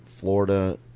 Florida